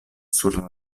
sur